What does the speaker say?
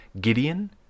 Gideon